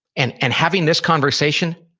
and and having this conversation,